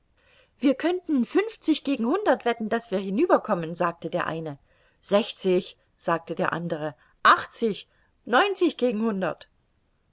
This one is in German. wir könnten fünfzig gegen hundert wetten daß wir hinüber kommen sagte der eine sechzig sagte der andere achtzig neunzig gegen hundert